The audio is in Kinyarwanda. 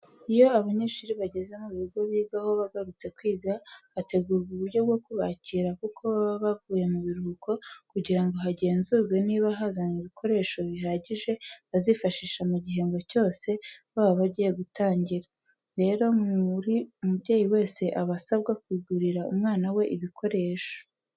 Iyo abanyeshuri bageze mu bigo bigaho bagarutse kwiga, hategurwa uburyo bwo kubakira kuko baba bavuye mu biruhuko kugira ngo hagenzurwe niba bazanye ibikoresho bihagije bazifashisha mu gihembwe cyose baba bagiye gutangira. Rero buri mubyeyi wese aba asabwa kugurira umwana we ibikoresho.